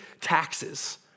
taxes